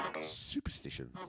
Superstition